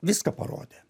viską parodė